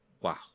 Wow